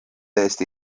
eesti